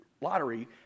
lottery